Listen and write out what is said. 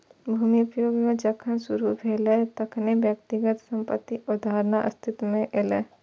भूमिक उपयोग जखन शुरू भेलै, तखने व्यक्तिगत संपत्तिक अवधारणा अस्तित्व मे एलै